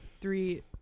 three